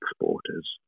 exporters